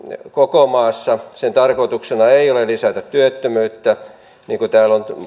koko maassa sen tarkoituksena ei ole lisätä työttömyyttä niin kuin täällä on